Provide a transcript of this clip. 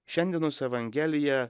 šiandienos evangelija